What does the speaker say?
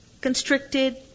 constricted